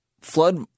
flood